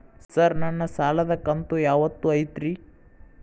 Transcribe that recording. Sir ನನ್ನ ಸಾಲದ ಕಂತು ಯಾವತ್ತೂ ಐತ್ರಿ?